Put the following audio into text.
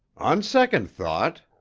on second thought,